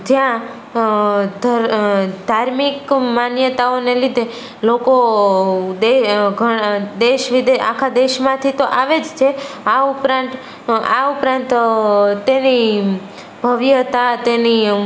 જ્યાં ધાર્મિક માન્યતાઓને લીધે લોકો દેહ ઘણ દેશ વિદેશ આખા દેશમાંથી તો આવે જ છે આ ઉપરાંત આ ઉપરાંત તેની ભવ્યતા તેની